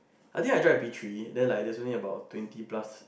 I think I join on P three then like there only about twenty plus